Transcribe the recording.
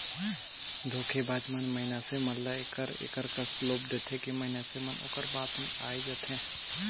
धोखेबाज मन मइनसे मन ल एकर एकर कस लोभ देथे कि मइनसे मन ओकर बात में आए जाथें